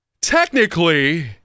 technically